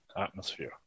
atmosphere